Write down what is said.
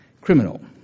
Criminal